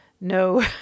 no